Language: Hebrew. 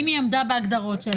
האם היא עמדה בהגדרות שלה.